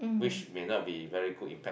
which may not be very good impact lah